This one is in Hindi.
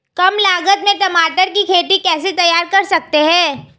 कम लागत में टमाटर की खेती कैसे तैयार कर सकते हैं?